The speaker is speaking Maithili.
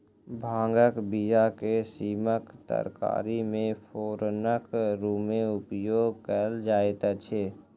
भांगक बीया के सीमक तरकारी मे फोरनक रूमे उपयोग कयल जाइत अछि